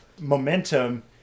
momentum